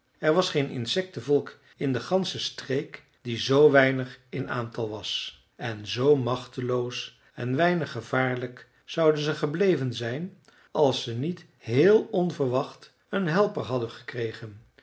er was geen insectenvolk in de gansche streek die zoo weinig in aantal was en zoo machteloos en weinig gevaarlijk zouden ze gebleven zijn als ze niet heel onverwacht een helper hadden gekregen